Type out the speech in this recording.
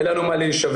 אין לנו מה להישבר,